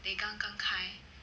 then 刚刚开